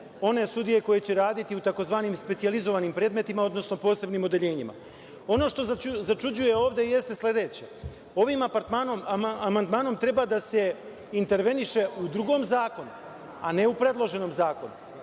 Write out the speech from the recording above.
one sudije koje će raditi u tzv. specijalizovanim predmetima, odnosno posebnim odeljenjima. Ono što začuđuje ovde jeste sledeće, ovim amandmanom treba da se interveniše u drugom zakonu, a ne u predloženom zakonu.